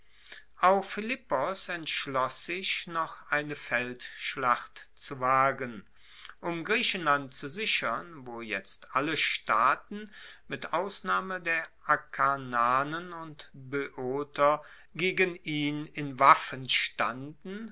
philippos entschloss sich noch eine feldschlacht zu wagen um griechenland zu sichern wo jetzt alle staaten mit ausnahme der akarnanen und boeoter gegen ihn in waffen standen